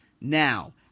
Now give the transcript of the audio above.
Now